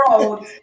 road